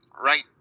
right